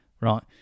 right